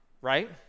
right